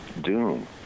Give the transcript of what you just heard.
Doom